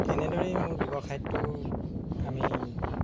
এনেদৰেই মোৰ ব্যৱসায়টো আমি